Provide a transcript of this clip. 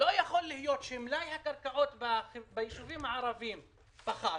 לא יכול להיות שמלאי הקרקעות בישובים הערביים פחת,